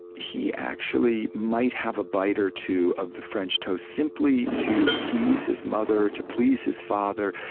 he actually might have a bite or two of the french toast, simply to please his mother, to please his father.